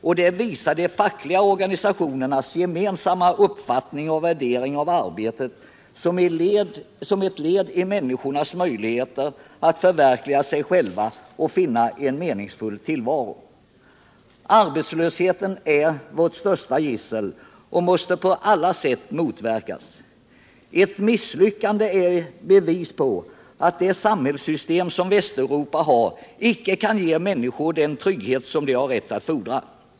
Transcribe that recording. Aktionen visar de fackliga organisationernas gemensamma uppfattning och värdering av arbetet som ett led i människornas försök att förverkliga sig själva och finna en meningsfull tillvaro. Arbetslösheten är vårt största gissel och måste på alla sätt motverkas. Ett misslyckande är bevis på att det samhällssystem som Västeuropa har icke kan ge människorna den trygghet som de har rätt att fordra.